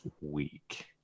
week